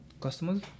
customers